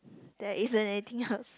there isn't anything else